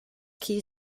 key